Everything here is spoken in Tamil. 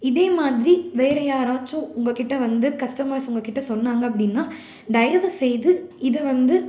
இதே மாதிரி வேறு யாராச்சும் உங்கக்கிட்ட வந்து கஸ்டமர்ஸ் உங்கக்கிட்ட சொன்னாங்க அப்படின்னா தயவு செய்து இதை வந்து